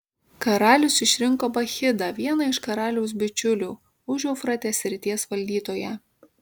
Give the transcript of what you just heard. karalius išrinko bakchidą vieną iš karaliaus bičiulių užeufratės srities valdytoją